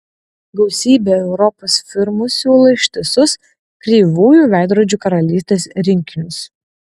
gausybė europos firmų siūlo ištisus kreivųjų veidrodžių karalystės rinkinius